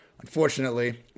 Unfortunately